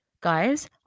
guys